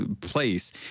place